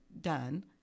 done